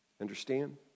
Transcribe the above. Understand